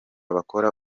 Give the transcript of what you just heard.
bakora